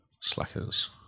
Slackers